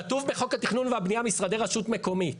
כתוב בחוק התכנון והבנייה משרדי רשות מקומית.